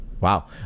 Wow